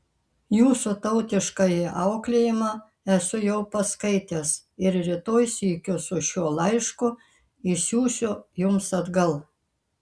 jūsų tautiškąjį auklėjimą esu jau paskaitęs ir rytoj sykiu su šiuo laišku išsiųsiu jums atgal